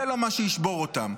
זה לא מה שישבור אותם,